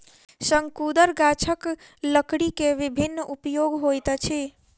शंकुधर गाछक लकड़ी के विभिन्न उपयोग होइत अछि